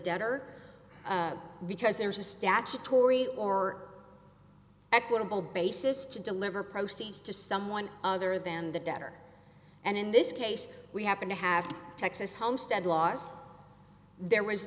debt or because there's a statutory or equitable basis to deliver proceeds to someone other than the debtor and in this case we happen to have texas homestead laws there was